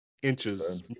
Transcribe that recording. Inches